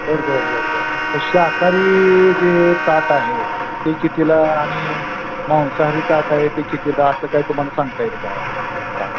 बरं बरं बरं बरं मग शाकाहारी जे ताट आहे ते कितीला आणि मांसाहारी ताट आहे ते कितीला असं काय तुम्हाला सांगता येईल का आत्ता